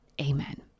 Amen